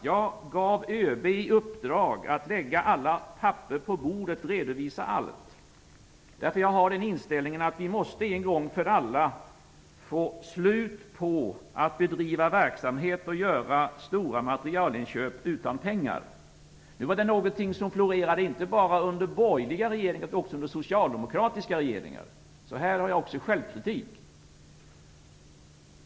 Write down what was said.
Jag gav ÖB i uppdrag att lägga alla papper på bordet och redovisa allt. Jag har den inställningen att vi måste en gång för alla få slut på att bedriva verksamhet och göra stora materielinköp utan pengar. Det är något som har florerat inte bara under borgerliga regeringar, utan också under socialdemokratiska. Här har jag också självkritik.